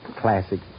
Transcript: Classic